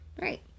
Right